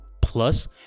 plus